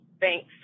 thanks